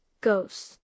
ghosts